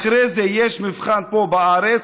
אחרי זה יש מבחן פה בארץ,